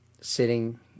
sitting